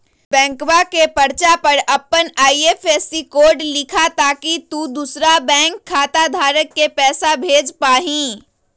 बैंकवा के पर्चा पर अपन आई.एफ.एस.सी कोड लिखा ताकि तु दुसरा बैंक खाता धारक के पैसा भेज पा हीं